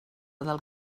del